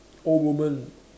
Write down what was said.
old woman